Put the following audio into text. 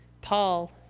Paul